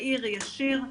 מהיר, ישיר.